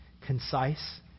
concise